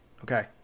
Okay